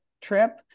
trip